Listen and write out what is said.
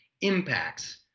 impacts